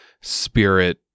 spirit